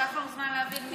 לקח לנו זמן להבין מי,